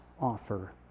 offer